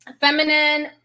Feminine